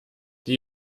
die